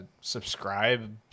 subscribe